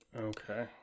Okay